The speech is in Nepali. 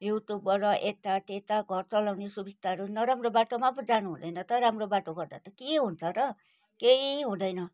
युट्युबबाट यता त्यता घर चलाउने सुविस्ताहरू नराम्रो बाटोमा पो जानु हुँदैन त राम्रो बाटोबाट त के हुन्छ र केही हुँदैन